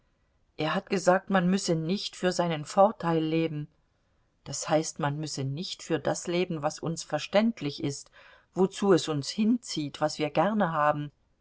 er hat gesagt man müsse nicht für seinen vorteil leben das heißt man müsse nicht für das leben was uns verständlich ist wozu es uns hinzieht was wir gern haben